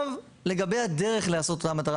לגבי הדרך לעשות את המטרה,